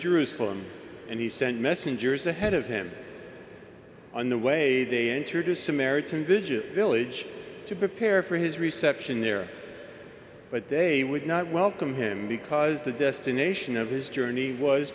jerusalem and he sent messengers ahead of him on the way they entered his samaritan vision village to prepare for his reception there but they would not welcome him because the destination of his journey was